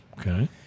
Okay